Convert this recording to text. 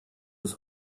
bis